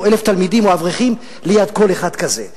או 1,000 תלמידים או אברכים ליד כל אחד כזה.